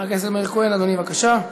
חבר הכנסת מאיר כהן, אדוני, בבקשה.